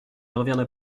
reviendrai